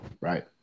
right